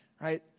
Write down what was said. right